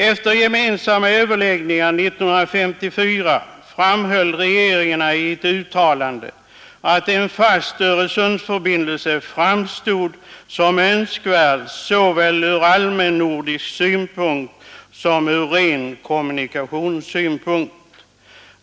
Efter gemensamma överläggningar 1954 framhöll regeringarna i ett uttalande ”att en fast Öresundsförbindelse framstod som önskvärd såväl ur allmän nordisk synpunkt, som ur ren kommunikationssynpunkt”.